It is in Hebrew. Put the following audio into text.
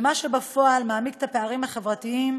וזה מה שבפועל מעמיק את הפערים החברתיים